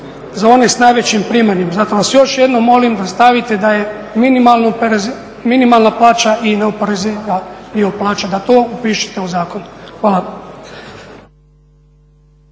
za one sa najvećim primanjem. Zato vas još jednom molim da stavite da je minimalna plaća i neoporezivi dio plaće, da to upišete u zakon. Hvala.